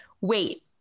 wait